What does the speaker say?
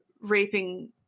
raping